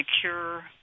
secure